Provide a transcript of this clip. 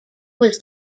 was